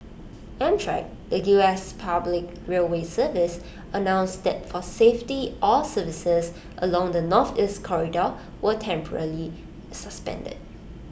amtrak the us public railway service announced that for safety all services along the Northeast corridor were temporarily suspended